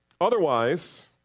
Otherwise